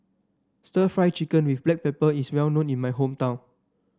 stir Fry Chicken with Black Pepper is well known in my hometown